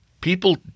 people